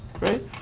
Right